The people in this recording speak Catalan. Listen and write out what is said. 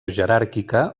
jeràrquica